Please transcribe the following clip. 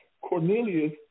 Cornelius